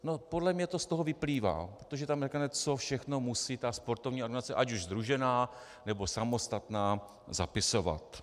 No, podle mě to z toho vyplývá, protože tam je, co všechno musí ta sportovní organizace, ať už sdružená, nebo samostatná, zapisovat.